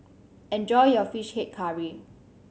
enjoy your Fish Head Curry